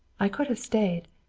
i could have stayed.